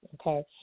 Okay